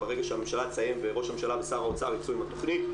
ברגע שהממשלה תסיים וראש הממשלה ושר האוצר ייצאו עם התכנית,